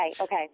Okay